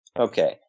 Okay